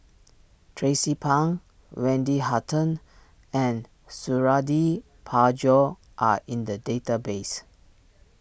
Tracie Pang Wendy Hutton and Suradi Parjo are in the database